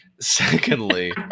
Secondly